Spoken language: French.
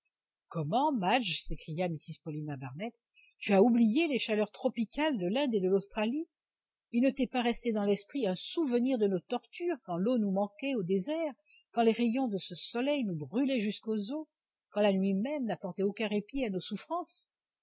comment madge s'écria mrs paulina barnett tu as oublié les chaleurs tropicales de l'inde et de l'australie il ne t'est pas resté dans l'esprit un souvenir de nos tortures quand l'eau nous manquait au désert quand les rayons de ce soleil nous brûlaient jusqu'aux os quand la nuit même n'apportait aucun répit à nos souffrances